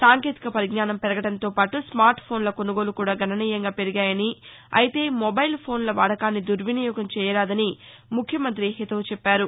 సాంకేతిక పరిజ్ఞానం పెరగడంతోపాటు స్మార్ట్ఫోన్ల కొనుగోలు కూడా గణనీయంగా పెరిగాయని అయితే మొబెల్ఫోన్ల వాడకాన్ని దుర్వినియోగం చేయరాదని ముఖ్యమంత్రి హితవు చెప్పారు